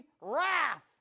wrath